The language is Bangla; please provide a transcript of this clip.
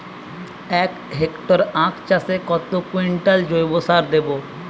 এক হেক্টরে আখ চাষে কত কুইন্টাল জৈবসার দেবো?